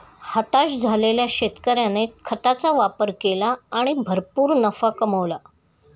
हताश झालेल्या शेतकऱ्याने खताचा वापर केला आणि भरपूर नफा कमावला